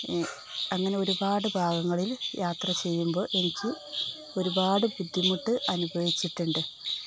അങ്ങനെ ഒരുപാട് ഭാഗങ്ങളിൽ യാത്ര ചെയ്യുമ്പോള് എനിക്ക് ഒരുപാട് ബുദ്ധിമുട്ട് അനുഭവപ്പെട്ടിട്ടുണ്ട്